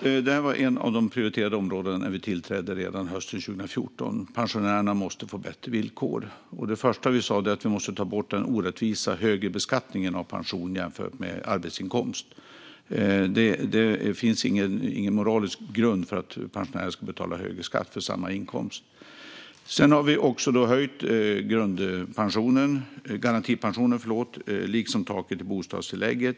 Detta var ett av de prioriterade områdena redan när vi tillträdde hösten 2014. Pensionärerna måste få bättre villkor. Det första vi sa var att vi måste ta bort den orättvisa högre beskattningen av pension jämfört med arbetsinkomst. Det finns ingen moralisk grund för att pensionärer ska betala högre skatt för samma inkomst. Sedan har vi också höjt garantipensionen, liksom taket för bostadstillägget.